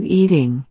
eating